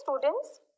students